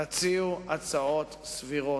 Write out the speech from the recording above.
תציעו הצעות סבירות.